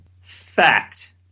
Fact